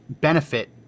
benefit